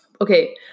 Okay